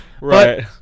Right